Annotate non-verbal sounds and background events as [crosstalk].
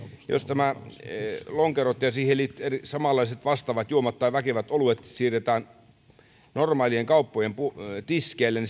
nämä lonkerot ja samanlaiset vastaavat juomat tai väkevät oluet siirretään normaalien kauppojen tiskeille [unintelligible]